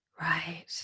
Right